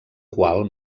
qual